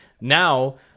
Now